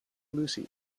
lucy